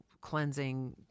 cleansing